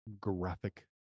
graphic